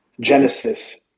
Genesis